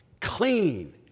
clean